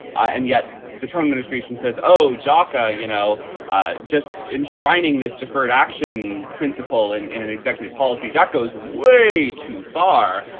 and yet the top administration says oh daca you know ah just enshrining this deferred action principle in in an executive policy that goes way too far.